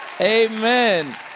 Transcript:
Amen